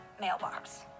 mailbox